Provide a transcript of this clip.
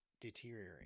deteriorate